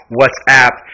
WhatsApp